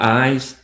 eyes